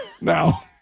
now